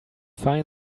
find